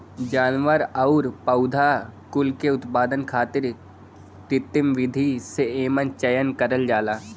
जानवर आउर पौधा कुल के उत्पादन खातिर कृत्रिम विधि से एमन चयन करल जाला